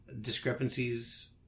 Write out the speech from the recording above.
discrepancies